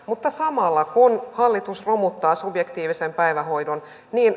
mutta samalla kun hallitus romuttaa subjektiivisen päivähoidon